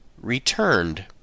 returned